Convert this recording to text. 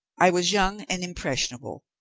i was young and impressionable,